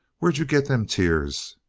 where'd you get them tears?